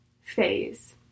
phase